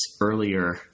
earlier